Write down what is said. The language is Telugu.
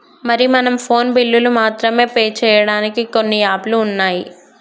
మరి మనం ఫోన్ బిల్లులు మాత్రమే పే చేయడానికి కొన్ని యాప్లు ఉన్నాయి